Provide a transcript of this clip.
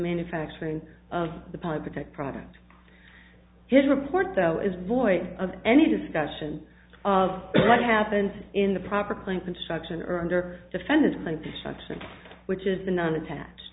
manufacturing of the pipe protect product his report though is void of any discussion of what happened in the proper claim construction or under defended and destruction which is the non attached